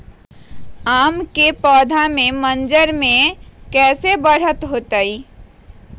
आम क पौधा म मजर म कैसे बढ़त होई?